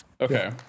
Okay